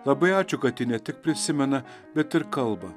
labai ačiū kad ji ne tik prisimena bet ir kalba